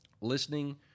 Listening